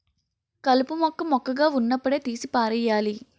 కలుపు మొక్క మొక్కగా వున్నప్పుడే తీసి పారెయ్యాలి